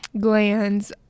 gland's